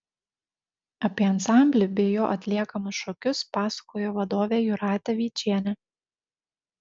apie ansamblį bei jo atliekamus šokius pasakojo vadovė jūratė vyčienė